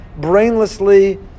brainlessly